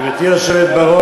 גברתי היושבת-ראש,